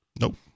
Nope